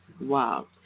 Wow